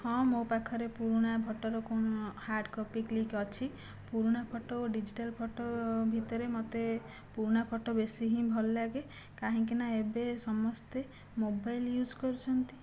ହଁ ମୋ ପାଖରେ ପୁରୁଣା ଫଟୋର ହାର୍ଡ଼କପି କ୍ଲିକ୍ ଅଛି ପୁରୁଣା ଫଟୋ ଆଉ ଡିଜିଟାଲ ଫଟୋ ଭିତରେ ମୋତେ ପୁରୁଣା ଫଟୋ ବେଶୀ ହିଁ ଭଲ ଲାଗେ କାହିଁକିନା ଏବେ ସମସ୍ତେ ମୋବାଇଲ ୟୁଜ କରୁଛନ୍ତି